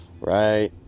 right